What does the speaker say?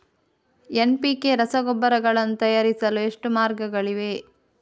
NPK ರಸಗೊಬ್ಬರಗಳನ್ನು ತಯಾರಿಸಲು ಎಷ್ಟು ಮಾರ್ಗಗಳಿವೆ?